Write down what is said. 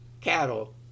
cattle